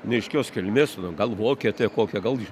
neaiškios kilmės nu gal vokietė kokia gal